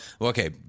Okay